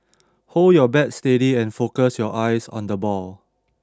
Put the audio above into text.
hold your bat steady and focus your eyes on the ball